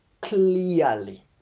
clearly